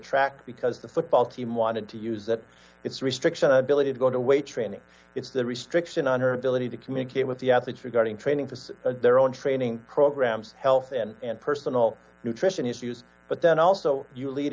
track because the football team wanted to use that it's restriction ability to go to weight training it's the restriction on her ability to communicate with the athletes regarding training for some of their own training programs health and personal nutrition issues but then also you lead